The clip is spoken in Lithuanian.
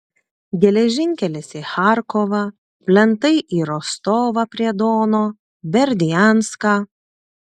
geležinkelis į charkovą plentai į rostovą prie dono berdianską